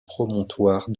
promontoire